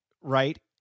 right